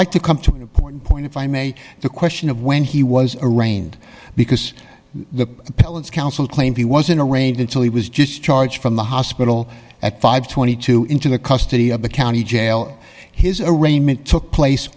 like to come to an important point if i may the question of when he was arraigned because the appellant's counsel claimed he wasn't arraigned until he was just charge from the hospital at five hundred and twenty two into the custody of the county jail his arraignment took place